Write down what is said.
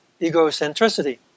egocentricity